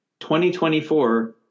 2024